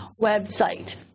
website